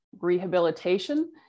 rehabilitation